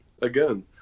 again